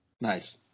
Nice